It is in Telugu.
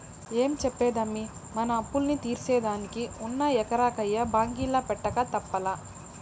ఏం చెప్పేదమ్మీ, మన అప్పుల్ని తీర్సేదానికి ఉన్న ఎకరా కయ్య బాంకీల పెట్టక తప్పలా